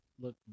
look